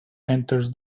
enters